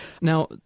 now